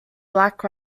black